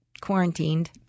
Quarantined